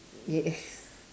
yes